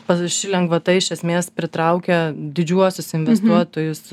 panaši lengvata iš esmės pritraukia didžiuosius investuotojus